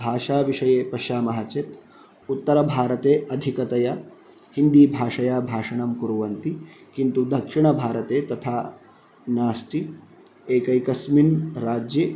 भाषाविषये पश्यामः चेत् उत्तरभारते अधिकतया हिन्दीभाषया भाषणं कुर्वन्ति किन्तु दक्षिणभारते तथा नास्ति एकैकस्मिन् राज्ये